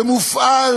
שמופעל